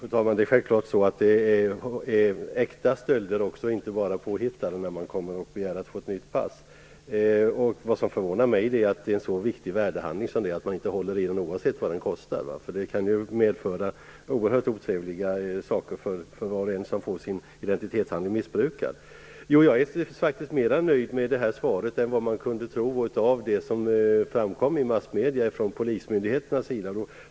Fru talman! Det är självklart att det också är fråga om äkta stölder, alltså inte bara om påhittade, när någon begär att få ett nytt pass. Men vad som förvånar mig är att man inte håller bättre i en så viktig värdehandling som ett pass ändå är - oavsett vad det kostar. För den som får sin identitetshandling missbrukad kan det ju bli oerhört otrevligt. Jo, jag är faktiskt mera nöjd med svaret här än jag kunde vara utifrån vad som framkommit i massmedierna från polismyndighetens sida.